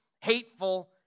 hateful